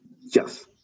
Yes